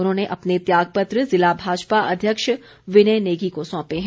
उन्होंने अपने त्यागपत्र जिला भाजपा अध्यक्ष विनय नेगी को सौंपे हैं